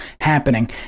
happening